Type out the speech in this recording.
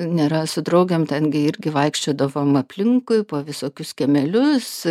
nėra su draugėm tengi irgi vaikščiodavom aplinkui po visokius kiemelius